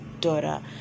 daughter